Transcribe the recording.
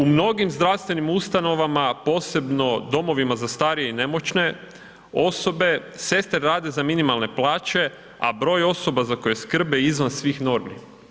U mnogim zdravstvenim ustanovama, posebno domovima za starije i nemoćne osobe, sestre rade za minimalne plaće, a broj osoba za koje skrbe je izvan svih normi.